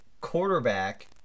quarterback